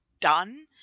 done